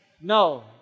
No